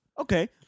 Okay